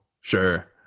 sure